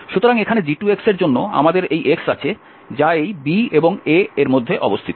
সুতরাং এখানে g2এর জন্য আমাদের এই x আছে যা এই b এবং a এর মধ্যে অবস্থিত